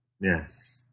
Yes